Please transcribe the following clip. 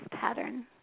pattern